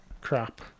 crap